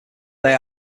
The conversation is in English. they